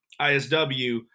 ISW